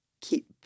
keep